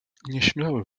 nieśmiały